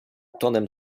tonem